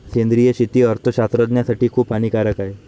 सेंद्रिय शेती अर्थशास्त्रज्ञासाठी खूप हानिकारक आहे